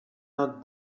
not